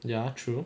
ya true